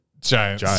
Giants